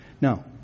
No